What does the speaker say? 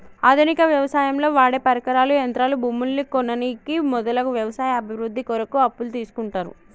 ఆధునిక వ్యవసాయంలో వాడేపరికరాలు, యంత్రాలు, భూములను కొననీకి మొదలగు వ్యవసాయ అభివృద్ధి కొరకు అప్పులు తీస్కుంటరు